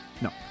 No